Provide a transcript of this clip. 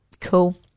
Cool